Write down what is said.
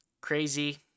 crazy